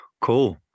Cool